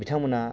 बिथांमोनहा